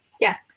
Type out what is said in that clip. Yes